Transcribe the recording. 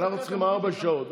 20. אנחנו צריכים ארבע שעות,